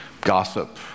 Gossip